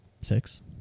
Six